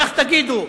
כך תגידו,